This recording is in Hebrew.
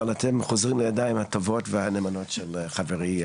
אבל אתם חוזרים לידיים הטובות והנאמנות לחברי,